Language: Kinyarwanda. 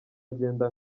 agenda